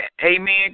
Amen